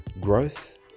growth